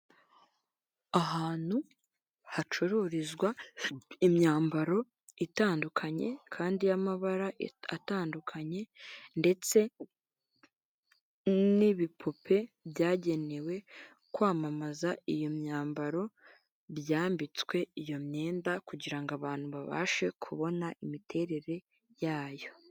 Ahantu hacururizwa imyambaro itandukanye kandi y'amabara atandukanye ndetse n'ibipupe byagenewe kwamamaza iyo myambaro, byambitswe iyo myenda kugira ngo abantu babashe kubona imiterere yayo.